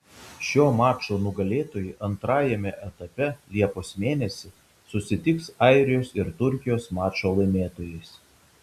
šio mačo nugalėtojai antrajame etape liepos mėnesį susitiks airijos ir turkijos mačo laimėtojais